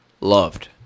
loved